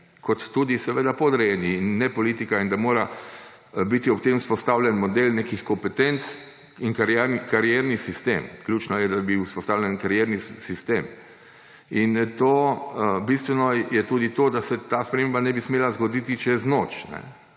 kot tudi seveda podrejeni; in ne politika. In da mora biti ob tem vzpostavljen model nekih kompetenc in karierni sistem. Ključno je, da bi bil vzpostavljen karierni sistem. In bistveno je tudi to, da se ta sprememba ne bi smela zgoditi čez noč,